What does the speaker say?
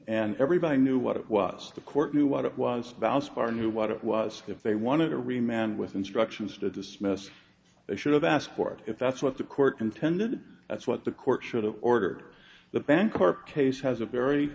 and everybody knew what it was the court knew what it was about scar knew what it was if they wanted to remain with instructions to dismiss it should have asked for it if that's what the court intended that's what the court should have ordered the bancorp case has a very